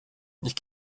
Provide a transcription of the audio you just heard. ich